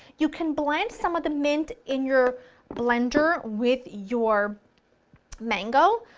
you can blend some of the mint in your blender with your mango,